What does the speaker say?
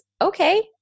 Okay